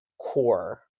core